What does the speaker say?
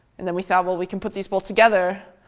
and then we thought, well, we can put these both together.